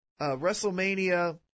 WrestleMania